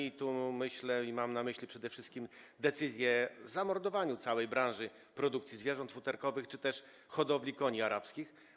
Mam tu na myśli przede wszystkim decyzje o zamordowaniu całej branży produkcji zwierząt futerkowych czy też hodowli koni arabskich.